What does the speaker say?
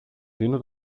δίνω